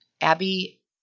Abby